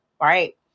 Right